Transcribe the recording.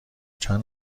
چند